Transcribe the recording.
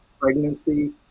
pregnancy